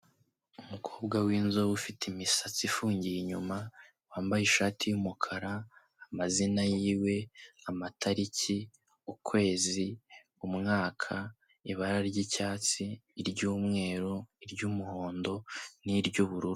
Umukobwa w'inzobe ufite imisatsi ifungiye inyuma wambaye ishati y'umukara, amazina yiwe, amatariki, ukwezi, umwaka, ibara ry'icyatsi, iry'umweru, iry'umuhondo n'iry'ubururu.